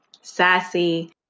sassy